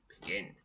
Begin